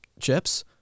chips